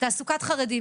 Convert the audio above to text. תעסוקת חרדים'.